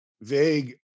vague